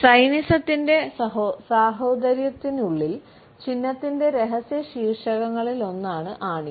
സൈനിസത്തിന്റെ സാഹോദര്യത്തിനുള്ളിൽ ചിഹ്നത്തിന്റെ രഹസ്യ ശീർഷകങ്ങളിലൊന്നാണ് ആണി